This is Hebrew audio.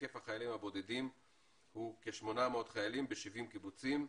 היקף החיילים הבודדים הוא כ-800 חיילם ב-70 קיבוצים.